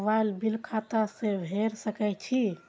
Mobile bill खाता से भेड़ सके छि?